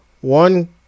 one